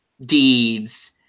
deeds